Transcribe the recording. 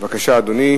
בבקשה, אדוני.